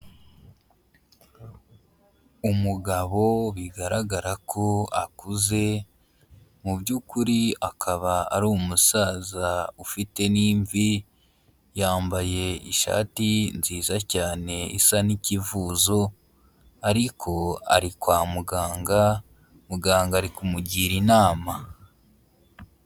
Umugabo bigaragara ko akuze, mu by'ukuri akaba ari umusaza ufite n'imvi, yambaye ishati nziza cyane isa n'ikivuzo, ariko ari kwa muganga, muganga ari kumugira inama.